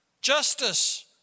justice